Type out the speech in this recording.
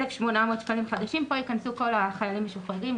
1,800 שקלים חדשים...;" פה ייכנסו כל החיילים המשוחררים,